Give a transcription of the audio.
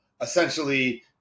essentially